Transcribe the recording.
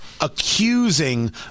accusing